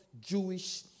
Jewish